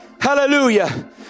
Hallelujah